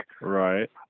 Right